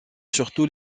surtout